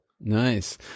Nice